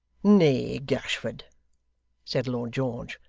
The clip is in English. nay, gashford said lord george,